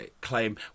claim